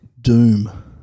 Doom